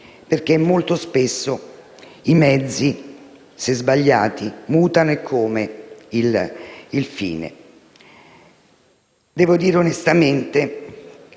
perché molto spesso i mezzi, se sbagliati, mutano - eccome - il fine. Devo dire onestamente